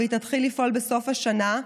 והיא תתחיל לפעול בסוף השנה.